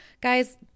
guys